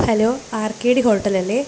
hello R K D hotel അല്ലേ